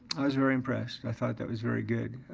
i was very impressed. i thought that was very good.